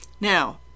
Now